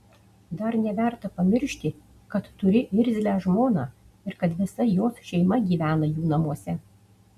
dar neverta pamiršti kad turi irzlią žmoną ir kad visa jos šeima gyvena jų namuose